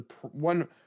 one